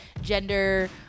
gender